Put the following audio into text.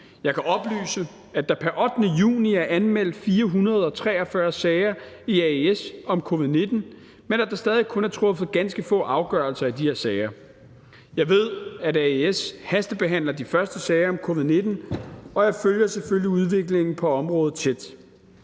Jeg kan oplyse, at der pr. 8. juni er anmeldt 443 sager i AES om covid-19, men at der stadig kun er truffet ganske få afgørelser i de her sager. Jeg ved, at AES hastebehandler de første sager om covid-19, og jeg følger selvfølgelig udviklingen på området tæt.